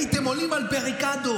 הייתם עולים על בריקדות.